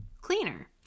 cleaner